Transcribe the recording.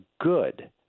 good